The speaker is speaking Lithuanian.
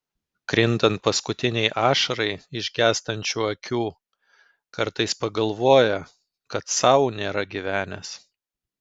krintant paskutinei ašarai iš gęstančių akių kartais pagalvoja kad sau nėra gyvenęs